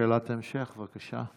שאלת המשך, בבקשה.